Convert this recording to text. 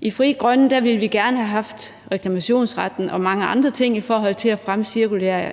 I Frie Grønne ville vi gerne have haft reklamationsretten og mange andre ting i forhold til at fremme den cirkulære